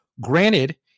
granted